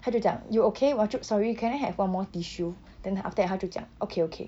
他就讲 you okay 我就 sorry can I have one more tissue then after that 他就讲 okay okay